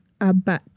abat